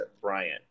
brian